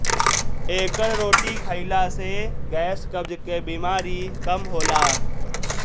एकर रोटी खाईला से गैस, कब्ज के बेमारी कम होला